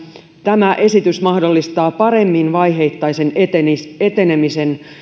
tämä esitys mahdollistaa paremmin vaiheittaisen etenemisen etenemisen